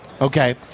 Okay